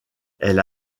elle